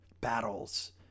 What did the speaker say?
battles